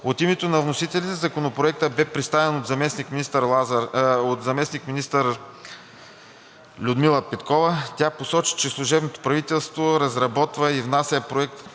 От името на вносителите Законопроектът бе представен от заместник-министър Людмила Петкова. Тя посочи, че служебното правителство разработва и внася проект